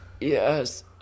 Yes